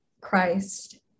Christ